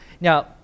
Now